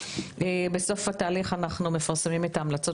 בסוף התהליך אנחנו מפרסמים את ההמלצות